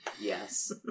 Yes